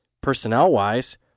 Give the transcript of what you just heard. personnel-wise